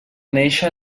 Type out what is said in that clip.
néixer